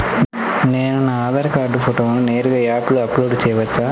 నేను నా ఆధార్ కార్డ్ ఫోటోను నేరుగా యాప్లో అప్లోడ్ చేయవచ్చా?